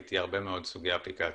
ראיתי הרבה מאוד סוגי אפליקציות.